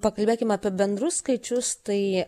pakalbėkim apie bendrus skaičius tai